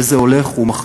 וזה הולך ומחמיר.